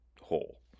hole